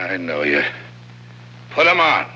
i know you put them on